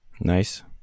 Nice